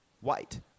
White